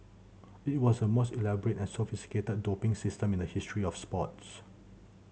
it was the most elaborate and sophisticated doping system in the history of sports